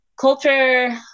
culture